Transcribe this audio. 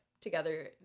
together